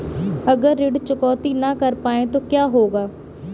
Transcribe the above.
अगर ऋण चुकौती न कर पाए तो क्या होगा?